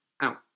out